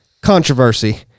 controversy